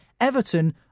Everton